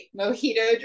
mojito